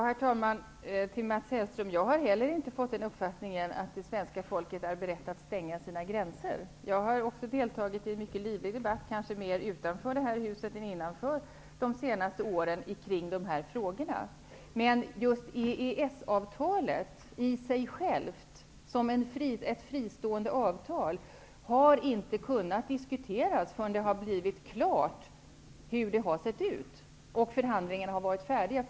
Herr talman! Till Mats Hellström vill jag säga att jag inte heller har fått uppfattningen att svenska folket är berett att stänga sina gränser. Jag har också deltagit i en mycket livlig debatt kring de här frågorna de senaste åren, kanske mer utanför detta hus än innanför. Men just EES avtalet i sig självt som ett fristående avtal har inte kunnat diskuteras förrän förhandlingarna har varit färdiga och det blivit klart hur avtalet har sett ut.